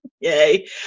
Yay